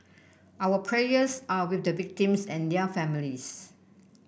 our prayers are with the victims and their families